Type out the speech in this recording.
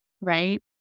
right